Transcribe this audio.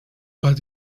but